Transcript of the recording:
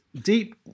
deep